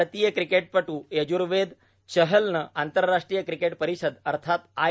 भारतीय क्रिकेटपटू यज्वेद्र चहलनं आंतरराष्ट्रीय क्रिकेट परिषद अर्थात आय